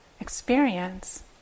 experience